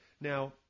now